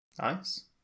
Nice